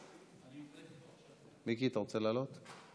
מיקי, אתה רוצה לעלות?